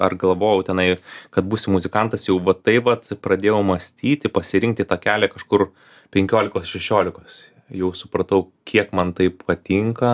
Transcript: ar galvojau tenai kad būsiu muzikantas jau va tai vat pradėjau mąstyti pasirinkti tą kelią kažkur penkiolikos šešiolikos jau supratau kiek man tai patinka